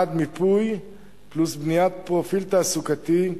מיפוי פלוס בניית פרופיל תעסוקתי,